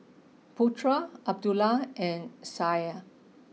Putra Abdullah and Syah